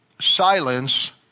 silence